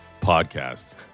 Podcasts